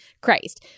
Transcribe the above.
Christ